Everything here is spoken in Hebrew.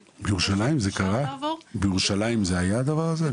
בירושלים זה היה הדבר הזה?